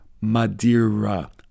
Madeira